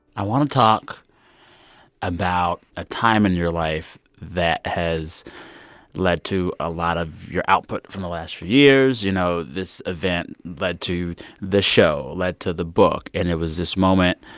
i want to talk about a time in your life that has led to a lot of your output from the last few years. you know, this event led to the show, led to the book. and it was this moment